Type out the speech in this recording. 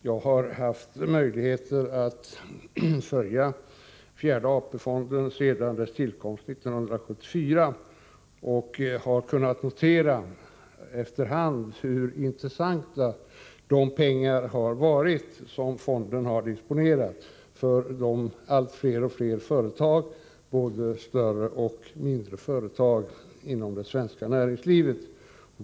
Jag har haft möjlighet att följa fjärde AP-fonden sedan dess tillkomst 1974 och har kunnat notera efter hand hur de pengar som fonden disponerat blivit intressanta för allt fler och fler företag, både större och mindre, inom det svenska näringslivet.